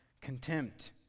contempt